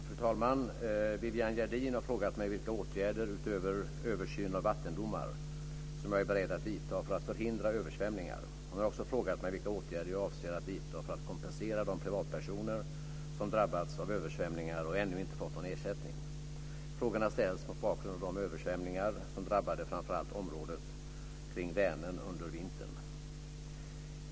Fru talman! Viviann Gerdin har frågat mig vilka åtgärder, utöver översyn av vattendomar, som jag är beredd att vidta för att förhindra översvämningar. Hon har också frågat mig vilka åtgärder jag avser att vidta för att kompensera de privatpersoner som drabbats av översvämningar och ännu inte fått någon ersättning. Frågorna ställs mot bakgrund av de översvämningar som drabbade framför allt området kring Vänern under vintern.